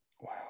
Wow